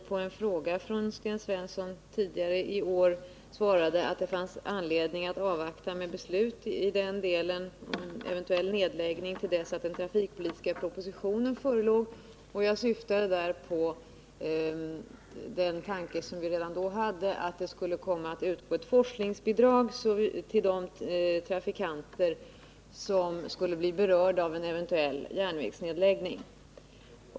På en fråga av Sten Svensson tidigare i år svarade jag att det fanns anledning att avvakta med beslut om en eventuell nedläggning till dess att den trafikpolitiska propositionen förelåg. Jag syftade på den tanke som vi redan då hade — att det skulle utgå ett forskningsbidrag till de trafikanter som skulle bli berörda av en eventuell järnvägsnedläggning.